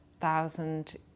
thousand